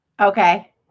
Okay